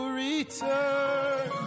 return